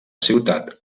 ciutat